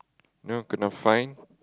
you know kenna fine